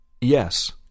Yes